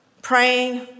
Praying